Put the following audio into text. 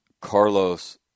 Carlos